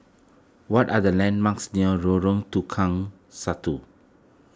what are the landmarks near Lorong Tukang Satu